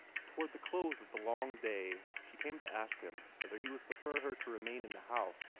toward the close of the long day, she came to ask him whether he would prefer her to remain in the house,